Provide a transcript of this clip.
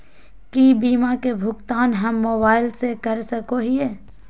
की बीमा के भुगतान हम मोबाइल से कर सको हियै?